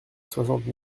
soixante